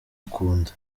akunda